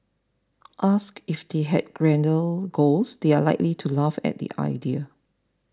asked if they had grander goals they are likely to laugh at the idea